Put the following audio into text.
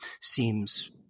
seems –